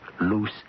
loose